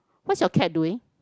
what's your cat doing